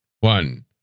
one